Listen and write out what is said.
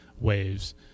waves